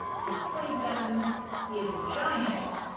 he is twenty seven he is a giant